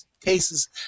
cases